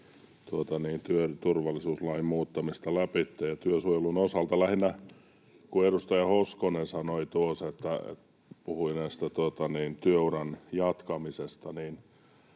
työturvallisuuslain muuttamista lävitse työsuojelun osalta. Lähinnä, kun edustaja Hoskonen puhui tuosta työuran jatkamisesta,